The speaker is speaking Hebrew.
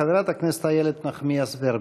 אחריה, חברת הכנסת איילת נחמיאס ורבין.